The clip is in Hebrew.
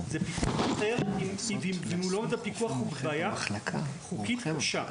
זה פיקוח אחר, ואם אין פיקוח הוא בבעיה חוקית קשה.